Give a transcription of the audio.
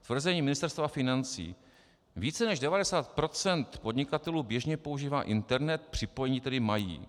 Tvrzení Ministerstva financí: Více než 90 % podnikatelů běžně používá internet, připojení tedy mají.